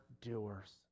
doers